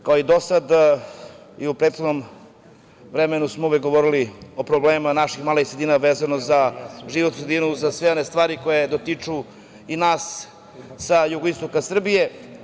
Uvažena ministarka, kao i do sada i u prethodnom vremenu smo uvek govorili o problemu naših malih sredina vezano za životnu sredinu i za sve one stvari koje dotiču i nas sa jugoistoka Srbije.